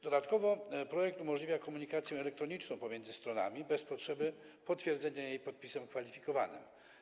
Dodatkowo projekt umożliwia komunikację elektroniczną pomiędzy stronami bez potrzeby potwierdzenia jej podpisem kwalifikowanym.